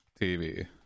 TV